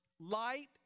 light